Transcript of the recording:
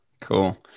Cool